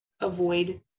avoid